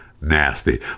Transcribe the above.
nasty